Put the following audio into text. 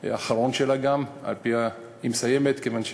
וגם האחרון שלה, היא מסיימת כיוון,